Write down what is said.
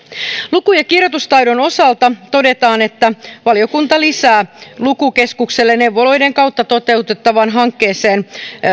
luku ja kirjoitustaidon osalta todetaan että valiokunta lisää lukukeskukselle neuvoloiden kautta toteutettavaan hankkeeseen